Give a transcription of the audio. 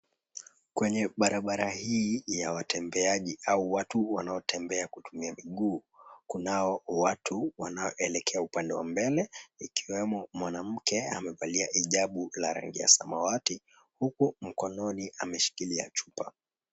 Kwenye barabara hii ya watembeaji au watu wanaotembea kutumia miguu, kunao watu wanaoelekea upande wa mbele ikiwemo mwanamke amevalia hijab ya samawati huku mkononi ameshikilia chupa.